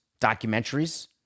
documentaries